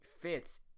fits